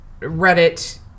Reddit